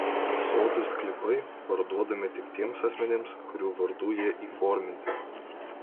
sodų sklypai parduodami tik tiems asmenims kurių vardu jie įforminti